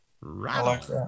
right